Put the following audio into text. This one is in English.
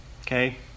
Okay